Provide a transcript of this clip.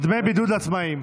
דמי בידוד לעצמאים.